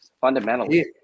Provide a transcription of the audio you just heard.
fundamentally